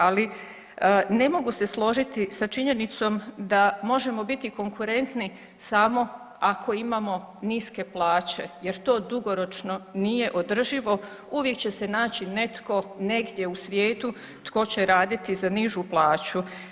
Ali ne mogu se složiti sa činjenicom da možemo biti konkurentni samo ako imamo niske plaće jer to dugoročno nije održivo, uvijek će se naći netko negdje u svijetu tko će raditi za nižu plaću.